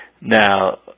now